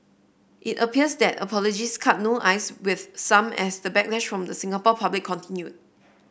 it appears that apologies cut no ice with some as the backlash from the Singapore public continued